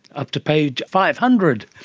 up to page five hundred,